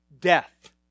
death